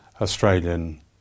Australian